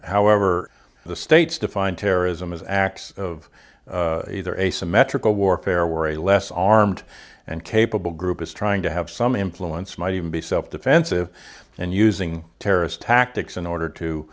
however the states define terrorism as acts of either asymmetrical warfare worry less armed and capable group is trying to have some influence might even be self defensive and using terrorist tactics in order to